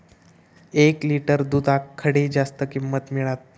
एक लिटर दूधाक खडे जास्त किंमत मिळात?